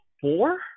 four